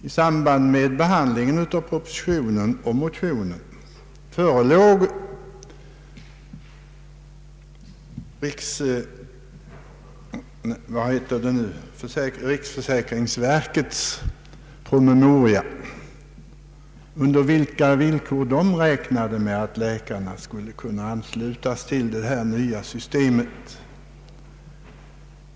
I samband med behandlingen av propositionen och motionerna förelåg riksförsäkringsverkets promemoria, där det angavs under vilka villkor verket räknade med att läkarna skulle kunna anslutas till det nya systemet.